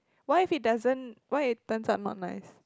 what if it doesn't what if it turns out not nice